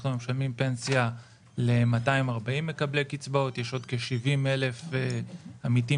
אנחנו משלמים פנסיה ל-240 מקבלי קצבאות ויש עוד כ-70 אלף עמיתים